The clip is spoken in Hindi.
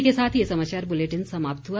इसी के साथ ये समाचार बुलेटिन समाप्त हुआ